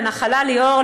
לנחלה ליאור,